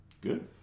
Good